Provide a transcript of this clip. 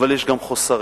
אבל יש גם חסרים,